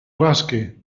rasque